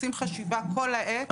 עושים חשיבה כל העת ומתקדמים.